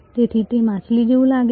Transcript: તેથી તે માછલી જેવું લાગે છે